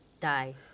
die